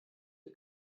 ihr